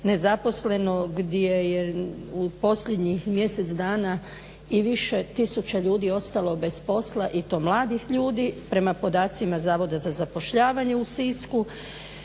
nezaposleno, gdje je u posljednjih mjesec dana i više tisuća ljudi ostalo bez posla i to mladih ljudi prema podacima Zavoda za zapošljavanje u Sisku.